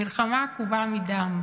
מלחמה עקובה מדם.